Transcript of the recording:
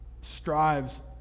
strives